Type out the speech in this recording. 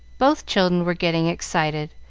both children were getting excited,